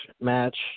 match